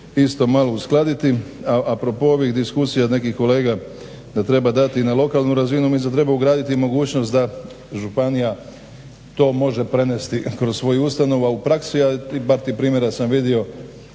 isto malo uskladiti. A a propos ovih diskusija nekih kolega da treba dati na lokalnu razinu, mislim da treba ugraditi mogućnost da županija to može prenesti kroz svoju ustanovu, a u praksi i bar tih primjera sam vidio